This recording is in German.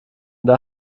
der